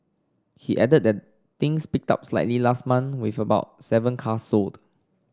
he added that things picked up slightly last month with about seven cars sold